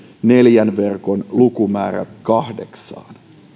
neljän verkon lukumäärä kahdeksaan